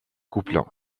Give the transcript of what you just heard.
couple